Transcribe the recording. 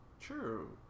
true